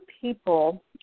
people